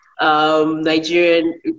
Nigerian